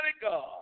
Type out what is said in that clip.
God